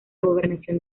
gobernación